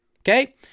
Okay